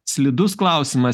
slidus klausimas